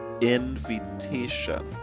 invitation